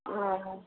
हँ